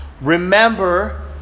Remember